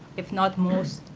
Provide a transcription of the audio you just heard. if not most,